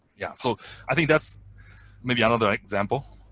yeah. so i think that's maybe another example.